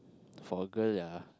for a girl ah